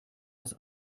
aus